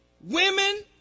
women